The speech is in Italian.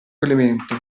clemente